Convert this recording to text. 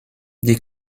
die